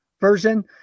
version